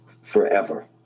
forever